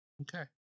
Okay